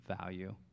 value